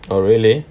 oh really